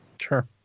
Sure